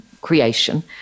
creation